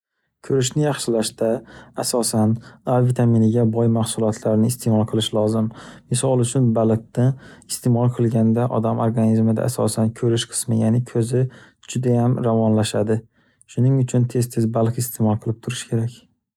Koʻrishni yaxshilashda, asosan a vitaminiga boy mahsulotlarni isteʼmol qilish lozim. Misol uchun baliqni isteʼmol qilganda odam organizmida asosan koʻrish qismi, yaʼni koʻzi judayam ravonlashadi. Shuning uchun tez-tez baliq isteʼmol qilib turish kerak.